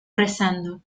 rezando